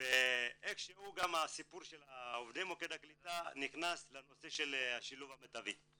ואיך שהוא גם הסיפור של עובדי מוקד הקליטה נכנס לנושא השילוב המיטבי.